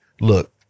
Look